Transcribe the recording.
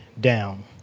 down